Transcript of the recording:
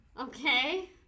Okay